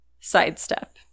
sidestep